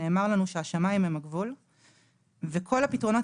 נאמר לנו שהשמים הם הגבול וכל הפתרונות